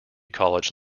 college